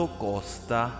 costa